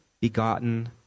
begotten